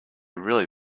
really